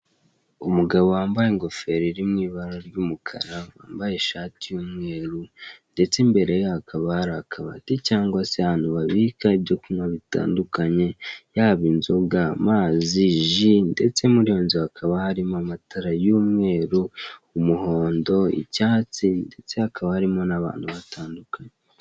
Umugabo wambaye ingofero iri mu ibara ry'umukara, wambaye ishati y'umweru, ndetse imbere ye hakaba hari akabati cyangwa se ahantu babika ibintu bitandukanye; yaba inzoga, amazi, ji, ndetse muri iyo nzu hakaba harimo amatara y'umweru, umuhondo, icyatsi, ndetse hakaba harimo n'abantu batandukanye.